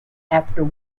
after